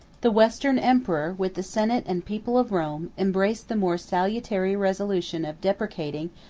the western emperor, with the senate and people of rome, embraced the more salutary resolution of deprecating,